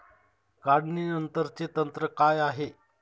काढणीनंतरचे तंत्र काय आहे?